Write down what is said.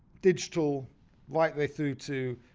digital right way through to